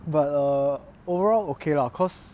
but err overall ok lah because